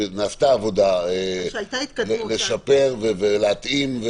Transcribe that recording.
שנעשתה עבודה לשפר ולהתאים?